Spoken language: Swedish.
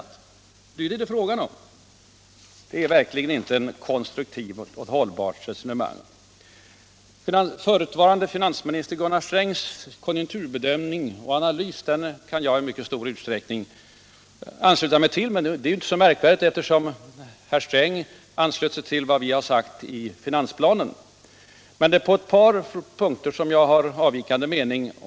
Det är ju detta det till sist är fråga om. Och detta resonemang är verkligen varken konstruktivt eller hållbart. Förutvarande finansministern Gunnar Strängs konjunkturbedömning och analys kan jag i stor utsträckning ansluta mig till. Men det är ju inte så märkvärdigt, eftersom herr Sträng anslöt sig till vad jag sagt i finansplanen. På ett par punkter har jag emellertid avvikande mening.